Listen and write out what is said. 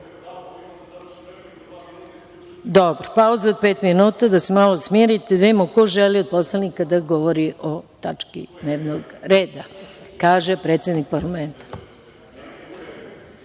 me…)Dobro, pauza od pet minuta, da se malo smirite i da vidimo ko želi od poslanika da govori o tački dnevnog reda, kaže predsednik parlamenta.(Boško